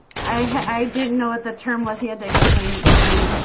i i didn't know what the term was. he had to explain it to me.